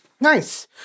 Nice